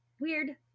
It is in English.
weird